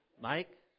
Mike